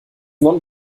non